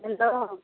hello